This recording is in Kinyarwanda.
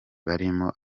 barimo